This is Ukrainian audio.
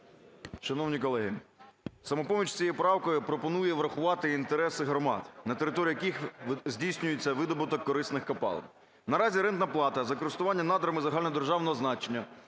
Шановні колеги, "Самопоміч" цією правкою пропонує врахувати інтереси громад, на території яких здійснюється видобуток корисних копалин. Наразі рентна плата за користування надрами загальнодержавного значення,